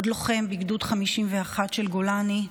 עוד לוחם בגדוד 51 של גולני.